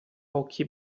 occhi